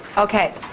okay.